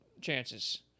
chances